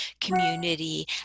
community